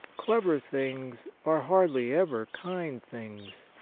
clever things are hardly ever kind things.